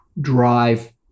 drive